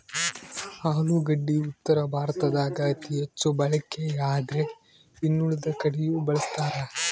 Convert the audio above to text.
ಆಲೂಗಡ್ಡಿ ಉತ್ತರ ಭಾರತದಾಗ ಅತಿ ಹೆಚ್ಚು ಬಳಕೆಯಾದ್ರೆ ಇನ್ನುಳಿದ ಕಡೆಯೂ ಬಳಸ್ತಾರ